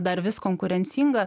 dar vis konkurencinga